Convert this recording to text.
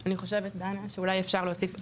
אני חושבת, דנה, שאולי אפשר להוסיף החוק,